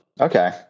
Okay